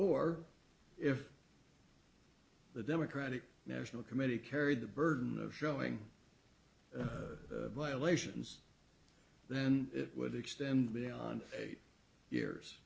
or if the democratic national committee carried the burden of showing violations then it would extend beyond eight years